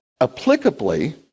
applicably